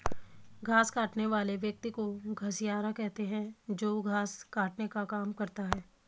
घास काटने वाले व्यक्ति को घसियारा कहते हैं जो घास काटने का काम करता है